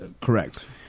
Correct